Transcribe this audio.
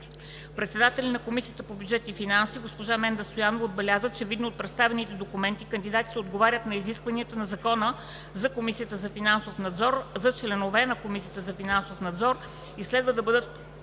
Председателят на Комисията по бюджет и финанси госпожа Менда Стоянова отбеляза, че видно от представените документи кандидатите отговарят на изискванията на Закона за Комисията за финансов надзор за членове на Комисията за финансов надзор и следва да бъдат